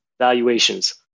valuations